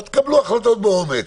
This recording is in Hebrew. אז תקבלו החלטות באומץ.